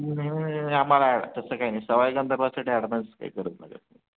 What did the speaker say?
नाही नाही नाही नाही आम्हाला तसं काय नाही सवाई गंधर्वासाठी ॲडवान्स काही गरज लागत नाही